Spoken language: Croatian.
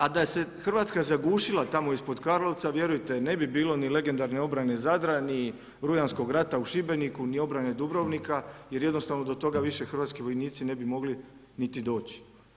A da se Hrvatska zagušila tamo ispod Karlovca vjerujte ne bi bilo ni legendarne obrane Zadra, ni rujanskog rata u Šibeniku, ni obrane Dubrovnika jer jednostavno do toga više hrv. vojnici ne bi mogli niti doći.